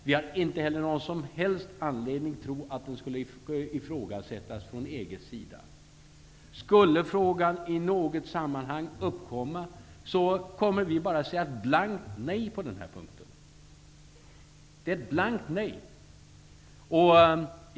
Vi har inte heller någon som helst anledning att tro att den skulle ifrågasättas från EG:s sida. Skulle frågan i något sammanhang uppkomma, kommer vi bara att säga blankt nej på den punkten.